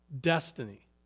destiny